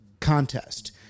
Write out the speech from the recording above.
contest